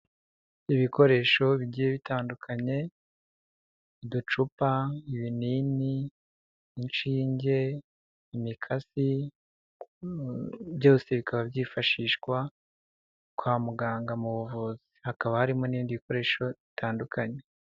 Ibikoresho bigiye bitandukanye, uducupa, ibinini, inshinge, imikasi byose bikaba byifashishwa kwa muganga mu buvuzi, hakaba harimo n'indi bikoresho bitandukanye.